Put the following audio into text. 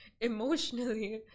emotionally